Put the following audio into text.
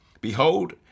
Behold